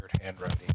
handwriting